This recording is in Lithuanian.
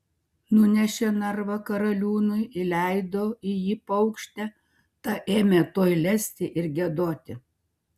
nunešė narvą karaliūnui įleido į jį paukštę ta ėmė tuoj lesti ir giedoti